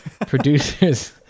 Producers